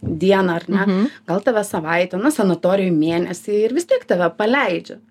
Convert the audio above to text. dieną ar ne gal tave savaitę na sanatorijoj mėnesį ir vis tiek tave paleidžia